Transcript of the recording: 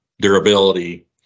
durability